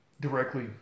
directly